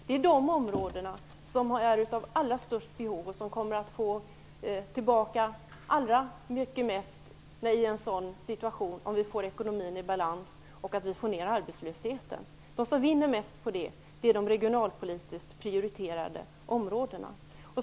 Det är dessa områden som har allra störst behov och som kommer att få tillbaka allra mest om vi får ekonomin i balans och om vi får ner arbetslösheten. De som vinner mest på det är de regionalpolitiskt prioriterade områdena.